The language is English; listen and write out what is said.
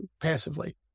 passively